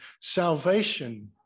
salvation